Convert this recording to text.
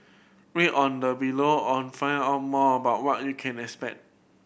read on the below on find out more about what you can expect